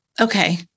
Okay